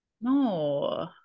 No